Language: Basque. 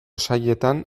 sailetan